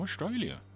Australia